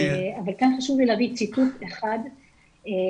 אבל כן חשוב לי להביא ציטוט אחד שהוא